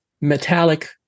Metallic